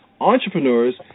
entrepreneurs